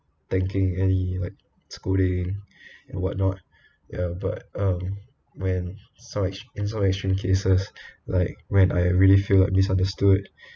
tanking any like schooling and whatnot ya but um when some like in some like extreme cases like when I really feel like misunderstood